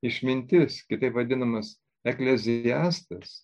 išmintis kitaip vadinamas ekleziastas